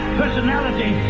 personality